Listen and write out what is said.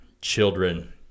children